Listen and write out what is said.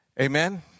Amen